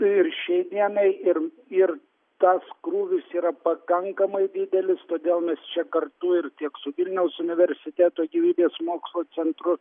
ir šiai dienai ir ir tas krūvis yra pakankamai didelis todėl mes čia kartu ir tiek su vilniaus universiteto gyvybės mokslo centru